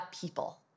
people